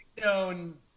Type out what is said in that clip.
known